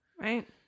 Right